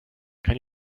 can